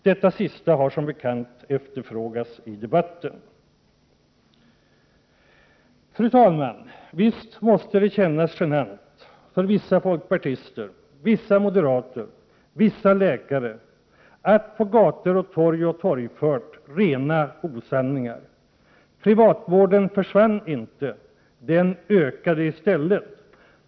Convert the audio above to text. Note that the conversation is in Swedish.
Detta sista har som bekant efterfrågats i debatten. Fru talman! Visst måste det kännas genant för vissa folkpartister, vissa moderater och vissa läkare att på gator och torg ha torgfört rena osanningar. Privatvården försvann inte — den ökade i stället.